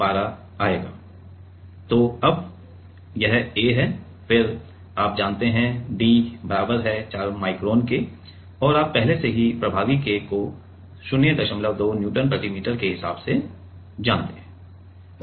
तो यह A है और फिर आप जानते हैं d बराबर है 4 माइक्रोन के और आप पहले से ही प्रभावी K को 02 न्यूटन प्रति मीटर के हिसाब से जानते हैं